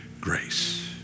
grace